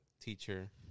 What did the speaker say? teacher